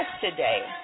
today